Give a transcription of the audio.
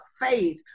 faith